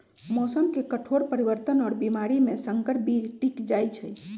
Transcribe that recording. मौसम के कठोर परिवर्तन और बीमारी में संकर बीज टिक जाई छई